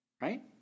Right